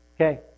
Okay